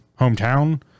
hometown